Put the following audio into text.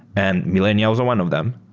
and millennials are one of them.